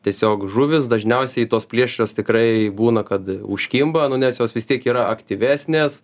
tiesiog žuvis dažniausiai tos plėšrios tikrai būna kad užkimba nu nes jos vis tiek yra aktyvesnės